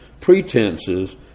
pretenses